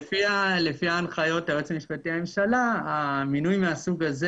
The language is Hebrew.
לפי הנחיות היועץ המשפטי לממשלה מינוי מהסוג הזה